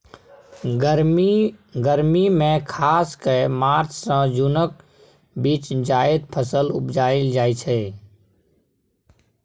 गर्मी मे खास कए मार्च सँ जुनक बीच जाएद फसल उपजाएल जाइ छै